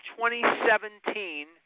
2017